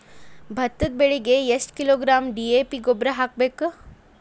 ಭತ್ತದ ಬೆಳಿಗೆ ಎಷ್ಟ ಕಿಲೋಗ್ರಾಂ ಡಿ.ಎ.ಪಿ ಗೊಬ್ಬರ ಹಾಕ್ಬೇಕ?